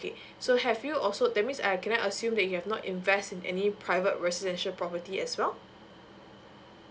so have you also that means I can assume that you have not invest in any private residential property as well